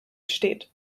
steht